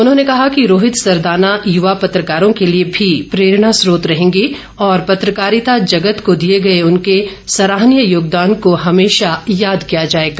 उन्होंने कहा कि रोहित सरदाना युवा पत्रकारों के लिए भी प्रेरणा स्रोत रहेंगे और पत्रकारिता जगत को दिए गए उनके सराहनीय योगदान को हमेशा याद किया जाएगा